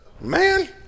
man